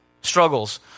struggles